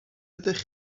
ydych